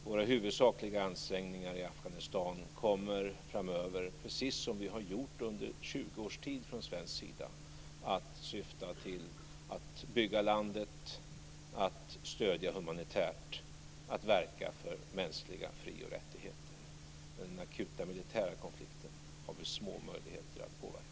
Våra huvudsakliga ansträngningar kommer framöver, precis som de har gjort under 20 års tid, att syfta till att bygga upp landet, att stödja humanitärt och att verka för mänskliga fri och rättigheter. Men den akuta militära konflikten har vi små möjligheter att påverka.